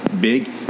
big